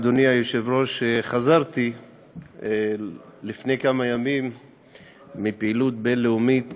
אדוני היושב-ראש: חזרתי לפני כמה ימים מפעילות בין-לאומית